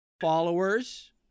followers